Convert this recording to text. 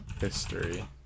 history